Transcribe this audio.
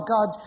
God